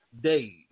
days